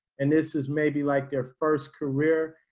and this is maybe like first career,